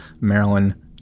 Maryland